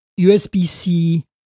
USB-C